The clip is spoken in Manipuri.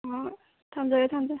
ꯍꯣꯏ ꯊꯝꯖꯔꯦ ꯊꯝꯖꯔꯦ